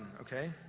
okay